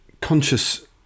conscious